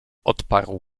odparł